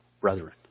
Brethren